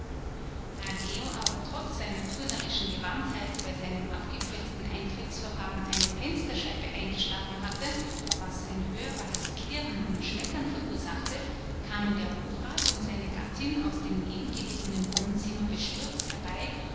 da leo aber trotz seiner turnerischen gewandtheit bei seinem abgekürzten eintrittsverfahren eine fensterscheibe eingeschlagen hatte was ein hörbares klirren und schmettern verursachte kamen der hofrat und seine gattin aus dem nebengelegenen wohnzimmer bestürzt herbei